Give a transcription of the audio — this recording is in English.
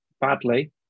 badly